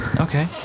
Okay